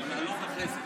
לא, ההתנגדות,